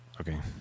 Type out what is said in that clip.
okay